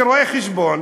כרואה-חשבון,